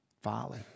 folly